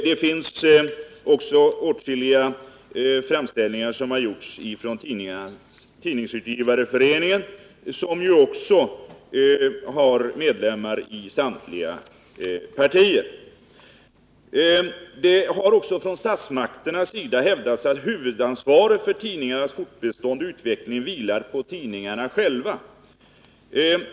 Åtskilliga framställningar har vidare gjorts från Tidningsutgivareföreningen, som ju också har medlemmar i samtliga partier. Det har vidare från statsmakterna hävdats att huvudansvaret för tidningarnas fortbestånd och utveckling vilar på dem själva.